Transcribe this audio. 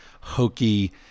hokey